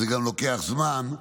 זה גם לוקח זמן,